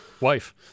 Wife